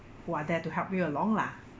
who are there to help you along lah